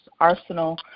arsenal